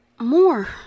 More